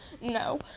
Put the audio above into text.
no